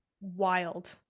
Wild